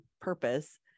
purpose